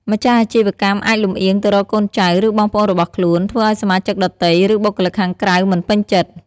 ម្ចាស់អាជីវកម្មអាចលម្អៀងទៅរកកូនចៅ ឬបងប្អូនរបស់ខ្លួន ធ្វើឲ្យសមាជិកដទៃ ឬបុគ្គលិកខាងក្រៅមិនពេញចិត្ត។